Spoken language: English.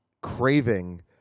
craving